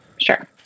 Sure